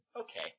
Okay